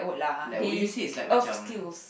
like would you say it's like macam